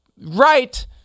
Right